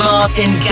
Martin